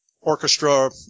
orchestra